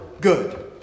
good